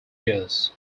years